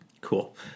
cool